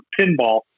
pinball